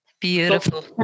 Beautiful